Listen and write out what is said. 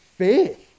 faith